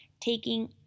taking